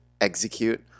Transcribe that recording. execute